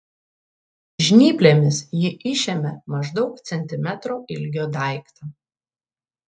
žnyplėmis ji išėmė maždaug centimetro ilgio daiktą